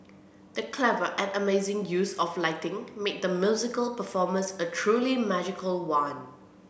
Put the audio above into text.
the clever and amazing use of lighting made the musical performance a truly magical one